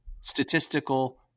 statistical